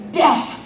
death